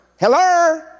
Hello